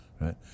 right